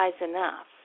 enough